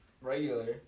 regular